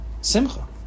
simcha